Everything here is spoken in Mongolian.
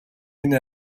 энэ